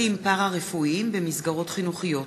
צוותים פארה-רפואיים במסגרות חינוכיות.